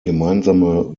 gemeinsame